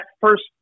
first